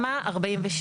תמ"א/47.